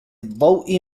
الضوء